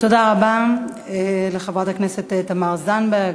תודה רבה לחברת הכנסת תמר זנדברג.